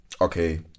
okay